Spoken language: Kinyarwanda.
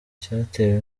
cyatewe